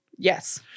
Yes